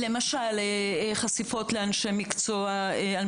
למשל חשיפות לאנשי מקצוע.